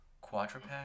Quadruped